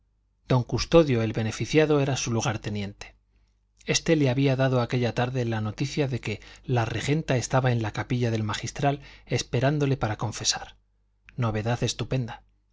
don custodio el beneficiado era su lugarteniente este le había dado aquella tarde la noticia de que la regenta estaba en la capilla del magistral esperándole para confesar novedad estupenda